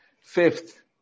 Fifth